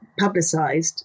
publicised